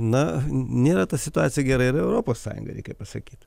na nėra ta situacija gera ir europos sąjungoj reikia pasakyt